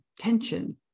tension